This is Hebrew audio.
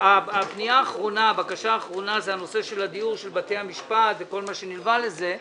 הבקשה האחרונה זה הנושא של הדיור של בתי המשפט וכל מה שנלווה לזה.